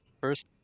first